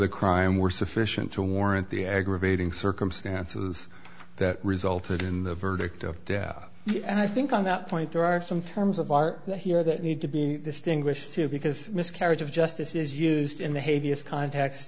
the crime were sufficient to warrant the aggravating circumstances that resulted in the verdict of death and i think on that point there are some terms of our here that need to be distinguished because miscarriage of justice is used in the hay vs contacts